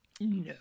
No